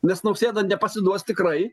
nes nausėda nepasiduos tikrai